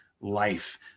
life